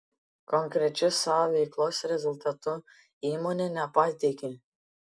konkrečių savo veiklos rezultatų įmonė nepateikė